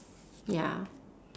ya